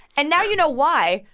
and now you know why.